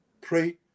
pray